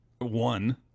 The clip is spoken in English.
one